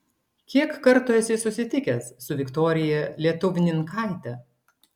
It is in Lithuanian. kiek kartų esi susitikęs su viktorija lietuvninkaite